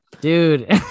dude